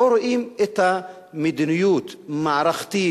אבל לא רואים מדיניות מערכתית,